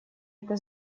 это